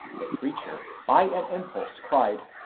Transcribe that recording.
the preacher, by an impulse, cried,